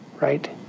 right